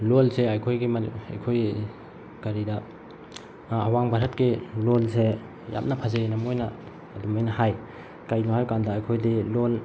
ꯂꯣꯟꯁꯦ ꯑꯩꯈꯣꯏꯒꯤ ꯑꯩꯈꯣꯏ ꯀꯔꯤꯗ ꯑꯋꯥꯡ ꯚꯥꯔꯠꯀꯤ ꯂꯣꯟꯁꯦ ꯌꯥꯝꯅ ꯐꯖꯩ ꯍꯥꯏꯅ ꯃꯣꯏꯅ ꯑꯗꯨꯃꯥꯏꯅ ꯍꯥꯏ ꯀꯩꯅꯣ ꯍꯥꯏ ꯀꯥꯟꯗ ꯑꯩꯈꯣꯏꯗꯤ ꯂꯣꯜ